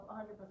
100%